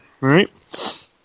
right